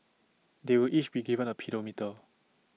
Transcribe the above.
they will each be given A pedometer